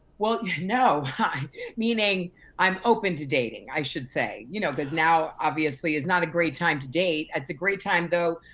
well, you know no, meaning i'm open to dating i should say. you know, cause now, obviously, is not a great time to date. it's a great time though,